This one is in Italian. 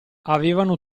avevano